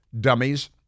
dummies